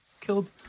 killed